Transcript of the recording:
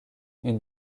une